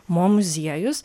mo muziejus